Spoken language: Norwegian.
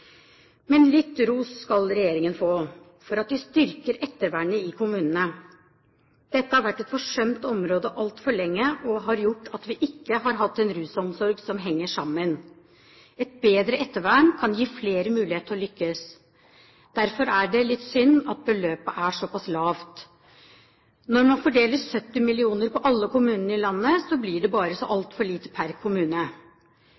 Men litt ros skal regjeringen få for at de styrker ettervernet i kommunene. Dette har vært et forsømt område altfor lenge og har gjort at vi ikke har hatt en rusomsorg som henger sammen. Et bedre ettervern kan gi flere mulighet til å lykkes. Derfor er det litt synd at beløpet er såpass lavt. Når man fordeler 70 mill. kr på alle kommunene i landet, blir det bare så